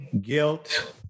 guilt